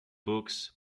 books